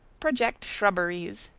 project shrubberies,